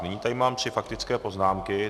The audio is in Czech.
Nyní tady mám tři faktické poznámky.